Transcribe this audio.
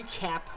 recap